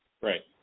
Right